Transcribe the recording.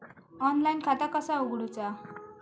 Online खाता कसा उगडूचा?